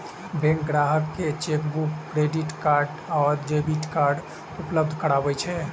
bank ग्राहक कें chequebook, credit आ डेबिट कार्ड उपलब्ध करबै छै